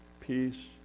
peace